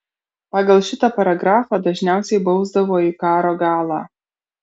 pagal šitą paragrafą dažniausiai bausdavo į karo galą